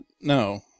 No